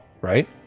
right